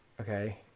Okay